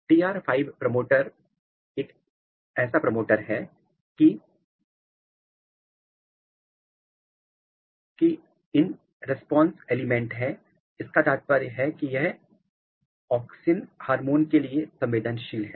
D R पाई promoter ले कैसा प्रमोटर है इसमें की अग्स इन रिस्पांस एलिमेंट्स है इसका तात्पर्य है कि यह ऑक्सिन हार्मोन के लिए संवेदनशील है